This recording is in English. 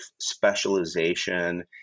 specialization